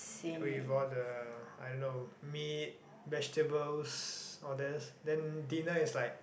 with all the I don't know meat vegetables all these then dinner is like